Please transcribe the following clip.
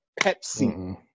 Pepsi